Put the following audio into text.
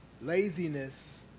laziness